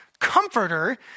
Comforter